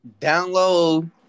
Download